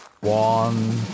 One